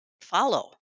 follow